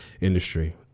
industry